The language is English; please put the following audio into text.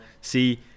see